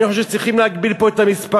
אני חושב שצריכים להגביל פה את המספרים,